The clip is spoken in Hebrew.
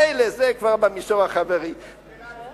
מילא, זה כבר במישור החברי, קונספירציות.